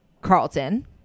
Carlton